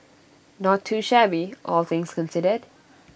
not too shabby all things considered